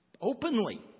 openly